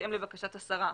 בהתאם לבקשת השרה,